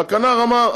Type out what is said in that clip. והכנ"ר אמר: